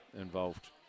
involved